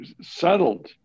settled